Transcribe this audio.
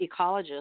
ecologists